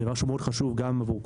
זה דבר שהוא מאוד חשוב גם לנר"תים,